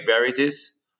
varieties